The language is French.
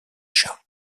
chats